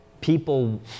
people